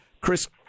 Chris